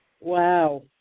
Wow